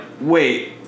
wait